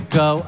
go